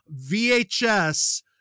VHS